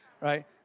right